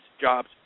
jobs